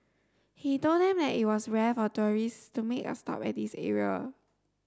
he told them that it was rare for tourists to make a stop at this area